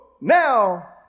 now